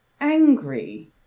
angry